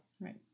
Right